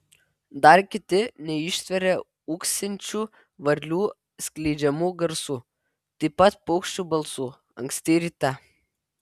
dar kiti neištveria ūksinčių varlių skleidžiamų garsų taip pat paukščių balsų anksti ryte